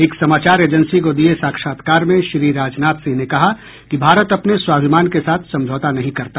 एक समाचार एजेंसी को दिए साक्षात्कार में श्री राजनाथ सिंह ने कहा कि भारत अपने स्वाभिमान के साथ समझौता नहीं करता